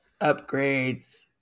upgrades